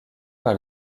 par